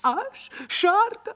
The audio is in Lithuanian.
aš šarka